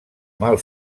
mal